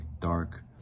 dark